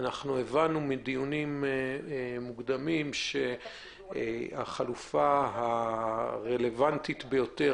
אנחנו הבנו מדיונים מוקדמים שהחלופה הרלוונטית ביותר